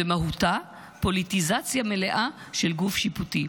ומהותה פוליטיזציה מלאה של גוף שיפוטי.